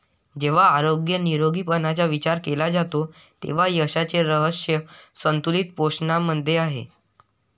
जेव्हा आरोग्य निरोगीपणाचा विचार केला जातो तेव्हा यशाचे रहस्य संतुलित पोषणामध्ये आहे